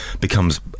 becomes